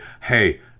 Hey